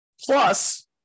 Plus